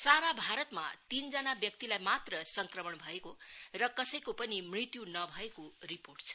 सारा भारतमा तीनजना व्यक्तिलाई मात्र संक्रमण भएको र कसैको पनि मृत्यु नभएको रिपोर्ट छ